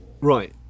Right